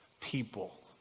people